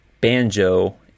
Banjo